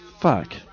Fuck